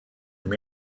from